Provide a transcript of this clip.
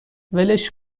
ولش